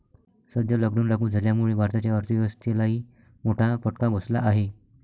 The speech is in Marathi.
सध्या लॉकडाऊन लागू झाल्यामुळे भारताच्या अर्थव्यवस्थेलाही मोठा फटका बसला आहे